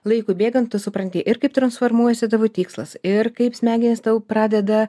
laikui bėgant tu supranti ir kaip transformuojasi tavo tikslas ir kaip smegenys tau pradeda